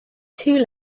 too